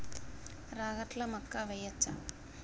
రాగట్ల మక్కా వెయ్యచ్చా?